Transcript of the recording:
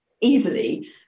easily